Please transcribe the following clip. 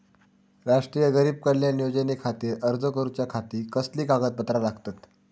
राष्ट्रीय गरीब कल्याण योजनेखातीर अर्ज करूच्या खाती कसली कागदपत्रा लागतत?